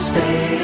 Stay